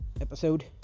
episode